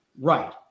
right